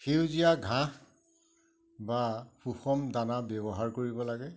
সেউজীয়া ঘাঁহ বা সুষম দানা ব্যৱহাৰ কৰিব লাগে